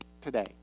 today